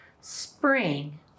spring